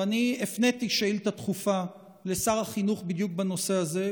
אני הפניתי שאילתה דחופה לשר החינוך בדיוק בנושא הזה,